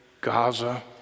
Gaza